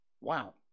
Wow